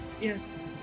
yes